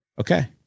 Okay